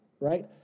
right